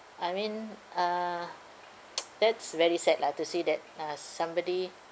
I mean uh that's very sad lah to say that uh somebody